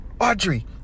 audrey